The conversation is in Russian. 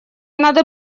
надо